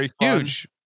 huge